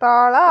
ତଳ